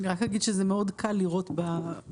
אני רק אגיד שזה מאוד קל לראות כשמוגשים